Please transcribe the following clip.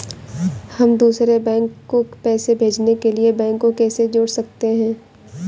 हम दूसरे बैंक को पैसे भेजने के लिए बैंक को कैसे जोड़ सकते हैं?